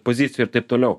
pozicijoj ir taip toliau